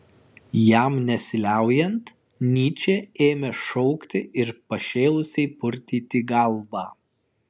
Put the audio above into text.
jam nesiliaujant nyčė ėmė šaukti ir pašėlusiai purtyti galvą